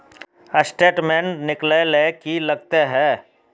Statement निकले ले की लगते है?